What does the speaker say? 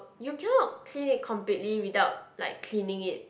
you cannot clear it completely without like cleaning it